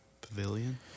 Pavilion